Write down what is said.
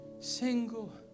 single